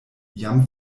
jam